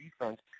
defense